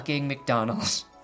mcdonald's